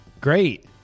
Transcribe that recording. Great